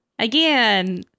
Again